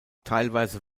teilweise